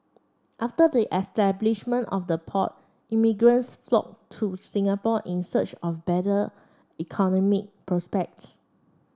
after the establishment of the port immigrants flock to Singapore in search of better economic prospects